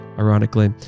Ironically